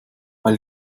weil